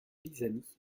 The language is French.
pisani